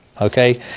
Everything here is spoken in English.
okay